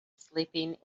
sleeping